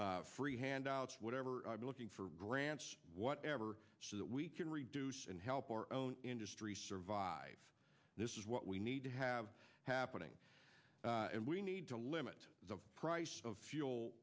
free handouts whatever looking for grants whatever so that we can reduce and help our own industry survive this is what we need to have happening and we need to limit the price of fuel